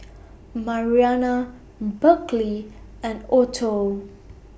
Marianna Berkley and Otho